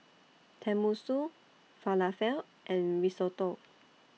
Tenmusu Falafel and Risotto